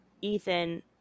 Ethan